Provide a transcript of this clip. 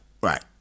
right